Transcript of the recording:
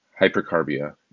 hypercarbia